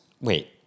wait